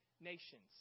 nations